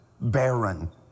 barren